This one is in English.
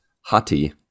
Hati